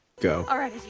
go